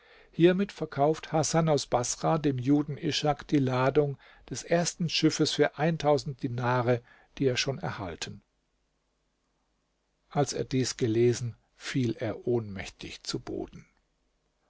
hiermit verkauft hasan aus baßrah dem juden ishak die ladung des ersten schiffes für dinare die er schon erhalten als er dies gelesen fiel er ohnmächtig zu boden